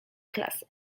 klasy